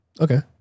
Okay